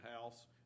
house